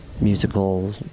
musical